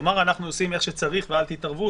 לומר שאנחנו עושים איך שצריך ואל תתערבו,